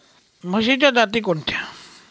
म्हशीच्या जाती कोणत्या?